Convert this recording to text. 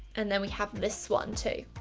and then we have this one, too.